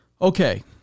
Okay